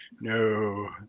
no